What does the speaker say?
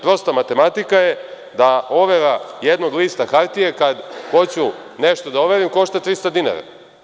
Prosta matematika je da overa jednog lista hartije, kada hoću nešto da overim, košta 300 dinara.